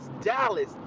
Dallas